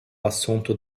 assunto